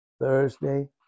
Thursday